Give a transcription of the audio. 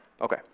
okay